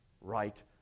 right